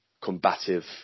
combative